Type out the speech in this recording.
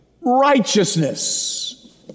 righteousness